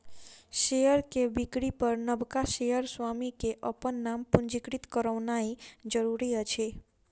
share के बिक्री पर नबका शेयर स्वामी के अपन नाम पंजीकृत करौनाइ जरूरी अछि